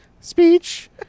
speech